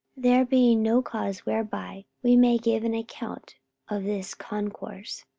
there being no cause whereby we may give an account of this concourse.